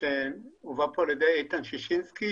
שהובא פה על-ידי איתן ששינסקי.